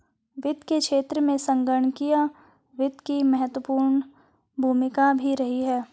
वित्त के क्षेत्र में संगणकीय वित्त की महत्वपूर्ण भूमिका भी रही है